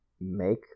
make